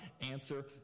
answer